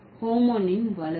homonym வலது